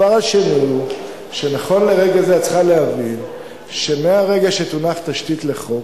הדבר השני הוא שנכון לרגע זה את צריכה להבין שמהרגע שתונח תשתית לחוק,